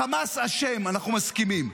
חמאס אשם, אנחנו מסכימים.